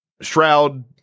Shroud